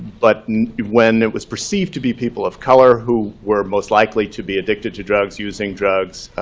but when it was perceived to be people of color who were most likely to be addicted to drugs, using drugs,